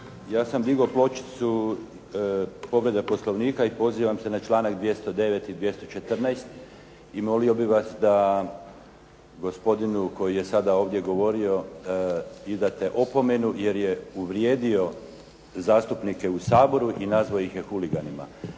Ja sam digao pločicu povrede Poslovnika i pozivam se na članak 209. i 214. i molio bih vas da gospodinu koji je sada ovdje govorio vi date opomenu jer je uvrijedio zastupnike u Saboru i nazvao ih je huliganima.